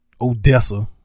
Odessa